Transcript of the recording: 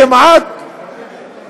כמעט